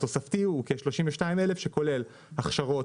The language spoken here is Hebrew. התוספתי הוא כ-32 אלף שכולל הכשרות,